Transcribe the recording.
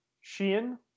Sheehan